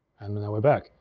and now we're back.